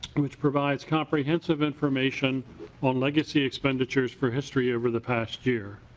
which provides conference of information on legacy expenditures for history over the past year.